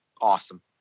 awesome